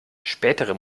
spätere